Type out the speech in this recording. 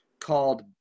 called